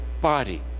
body